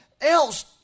else